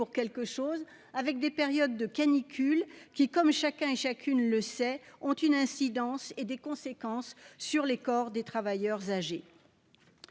quelque chose avec des périodes de canicule qui comme chacun et chacune le sait ont une incidence et des conséquences sur les corps des travailleurs âgés.